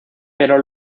pero